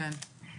תודה.